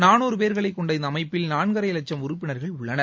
நானூறு பேர்களை கொண்ட இந்த அமைப்பில் நான்கரை வட்சம் உறுப்பினர்கள் உள்ளனர்